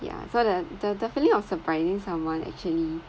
yeah so that the definitely of surprising someone actually